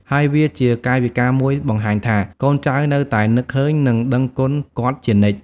ហើយវាជាកាយវិការមួយបង្ហាញថា កូនចៅនៅតែនឹកឃើញ និងដឹងគុណគាត់ជានិច្ច។